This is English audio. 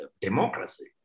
democracy